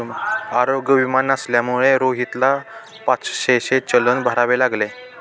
आरोग्य विमा नसल्यामुळे रोहितला पाचशेचे चलन भरावे लागले